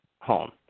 home